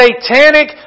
satanic